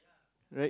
right